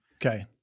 Okay